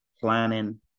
planning